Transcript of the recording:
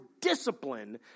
discipline